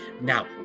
Now